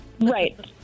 Right